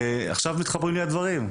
עכשיו מתחברים לי הדברים.